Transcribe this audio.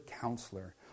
counselor